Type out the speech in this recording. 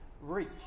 reach